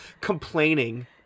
complaining